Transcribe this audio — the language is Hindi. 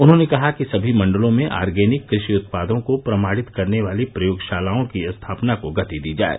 उन्होंने कहा कि सभी मंडलों में आर्गेनिक कृषि उत्पादों को प्रमाणित करने वाली प्रयोगशालाओं की स्थापना को गति दी जाये